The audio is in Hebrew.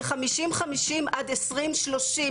זה 50:50 עד 2030,